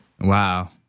wow